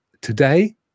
today